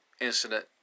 incident